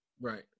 Right